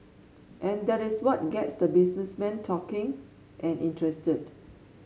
and that is what gets the businessmen talking and interested